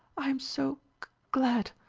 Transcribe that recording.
i am so g-glad!